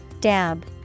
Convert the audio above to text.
Dab